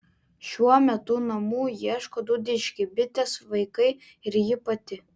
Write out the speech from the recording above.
šiuo metu namų ieško du dičkiai bitės vaikai ir ji pati